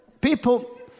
people